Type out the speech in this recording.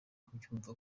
kubyumva